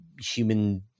human